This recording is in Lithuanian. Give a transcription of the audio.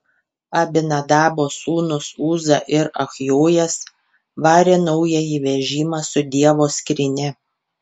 abinadabo sūnūs uza ir achjojas varė naująjį vežimą su dievo skrynia